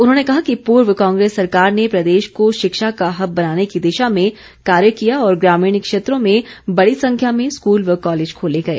उन्होंने कहा कि पूर्व कांग्रेस सरकार ने प्रदेश को शिक्षा का हब बनाने की दिशा में कार्य किया और ग्रामीण क्षेत्रों में बड़ी संख्या में स्कूल व कॉलेज खोले गए